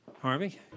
Harvey